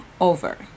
over